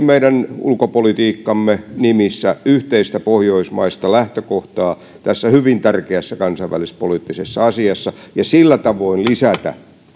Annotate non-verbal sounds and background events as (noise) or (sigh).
(unintelligible) meidän ulkopolitiikkamme nimissä yhteistä pohjoismaista lähtökohtaa tässä hyvin tärkeässä kansainvälispoliittisessa asiassa ja sillä tavoin lisätä